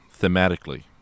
thematically